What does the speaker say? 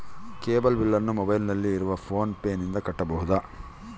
Cable ಬಿಲ್ಲನ್ನು ಮೊಬೈಲಿನಲ್ಲಿ ಇರುವ ಫೋನ್ ಪೇನಿಂದ ಕಟ್ಟಬಹುದಾ?